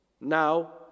now